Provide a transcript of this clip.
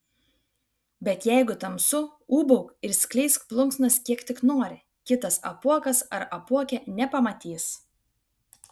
bet jeigu tamsu ūbauk ir skleisk plunksnas kiek tik nori kitas apuokas ar apuokė nepamatys